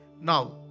Now